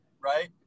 right